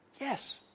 Yes